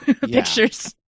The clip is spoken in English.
pictures